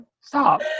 Stop